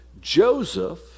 Joseph